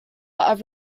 are